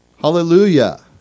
Hallelujah